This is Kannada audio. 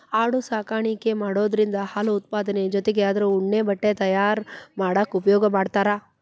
ಆಡು ಸಾಕಾಣಿಕೆ ಮಾಡೋದ್ರಿಂದ ಹಾಲು ಉತ್ಪಾದನೆ ಜೊತಿಗೆ ಅದ್ರ ಉಣ್ಣೆ ಬಟ್ಟೆ ತಯಾರ್ ಮಾಡಾಕ ಉಪಯೋಗ ಮಾಡ್ತಾರ